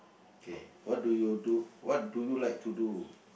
okay what do you do what do you like to do